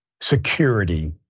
security